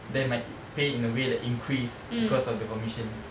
then my pay in a way like increased because of the commissions